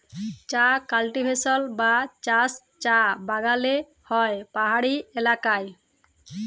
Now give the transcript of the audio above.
চাঁ কাল্টিভেশল বা চাষ চাঁ বাগালে হ্যয় পাহাড়ি ইলাকায়